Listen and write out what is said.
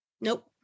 Nope